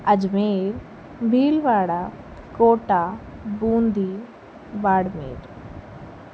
Ajmer Bhilwara Kota Bundi Barmer